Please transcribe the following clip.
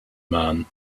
man